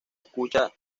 escucha